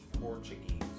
Portuguese